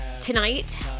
tonight